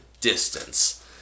distance